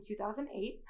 2008